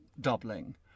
doubling